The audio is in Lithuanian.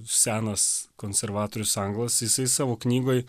senas konservatorius anglas jisai savo knygoj